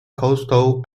coastal